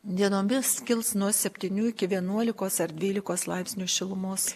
dienomis kils nuo septynių iki vienuolikos ar dvylikos laipsnių šilumos